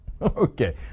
Okay